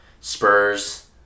Spurs